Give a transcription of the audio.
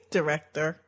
Director